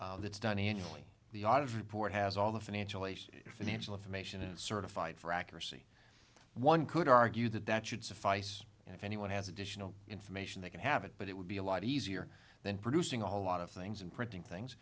that's done annually the audit report has all the financial ation financial information and certified for accuracy one could argue that that should suffice and if anyone has additional information they can have it but it would be a lot easier than producing a whole lot of things and printing things